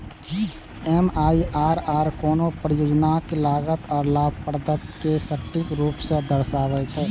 MIRR कोनो परियोजनाक लागत आ लाभप्रदता कें सटीक रूप सं दर्शाबै छै